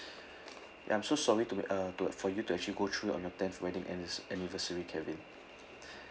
ya I'm so sorry to make uh to for you to actually go through on your tenth wedding annis~ anniversary kevin